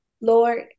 Lord